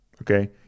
Okay